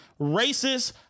racist